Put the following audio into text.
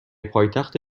پایتخت